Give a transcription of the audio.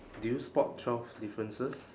did you spot twelve differences